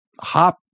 hop